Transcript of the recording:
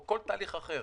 או כל תהליך אחר